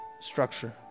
structure